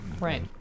Right